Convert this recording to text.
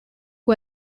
who